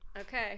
Okay